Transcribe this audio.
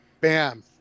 bam